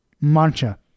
Mancha